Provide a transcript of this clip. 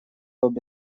обе